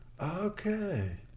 Okay